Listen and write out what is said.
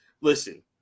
listen